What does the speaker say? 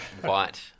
White